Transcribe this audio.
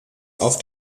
auf